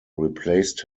replaced